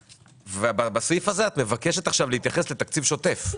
ובסעיף הזה את מבקשת להתייחס לתקציב שוטף,